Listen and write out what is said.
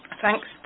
thanks